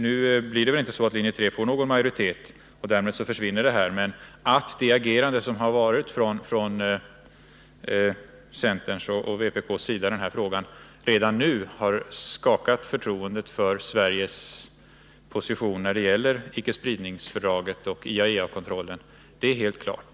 Nu får väl inte linje 3 majoritet och därmed försvinner problemet, men att centerns och vpk:s agerande i denna fråga redan nu har rubbat förtroendet för Sverige när det gäller icke-spridningsfördraget och IAEA-kontrollen är helt klart.